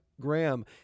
Graham